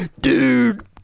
dude